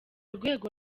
rwego